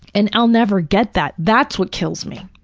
and i'll never get that. that's what kills me.